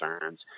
concerns